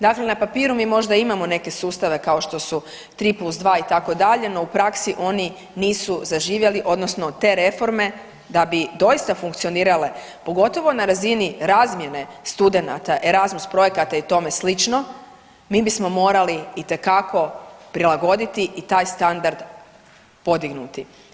Dakle, na papiru mi možda imamo neke sustave kao što su 3+2 itd., no u praksi oni nisu zaživjeli odnosno te reforme da bi doista funkcionirale pogotovo na razini razmjene studenata Erazmus projekta i tome slično mi bismo morali itekako prilagoditi i taj standard podignuti.